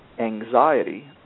anxiety